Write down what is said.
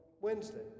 Wednesday